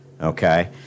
Okay